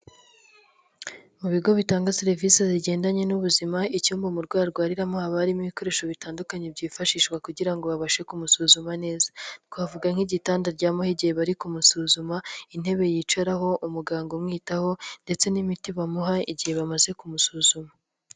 Mu bigo bitanga serivisi zigendanye n'ubuzima, icyumba umurwayi arwariramo haba harimo ibikoresho bitandukanye byifashishwa kugira ngo babashe kumusuzuma neza. Twavuga nk'igitanda aryamaho igihe bari kumusuzuma, intebe yicaraho, umuganga umwitaho ndetse n'imiti bamuha igihe bamaze kumusuzuma.